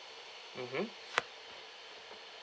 mmhmm